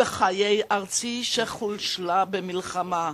בחיי ארצי שחושלה במלחמה.